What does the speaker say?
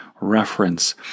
reference